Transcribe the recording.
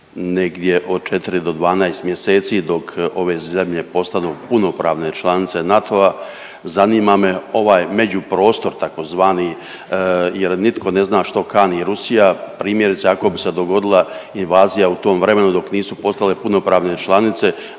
negdje od 4 do 12 mjeseci dok ove zemlje postanu punopravne članice NATO-a, zanima me ovaj međuprostor takozvani jer nitko ne zna što kani Rusija, primjerice ako bi se dogodila invazija u tom vremenu dok nisu postale punopravne članice